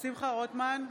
שמחה רוטמן,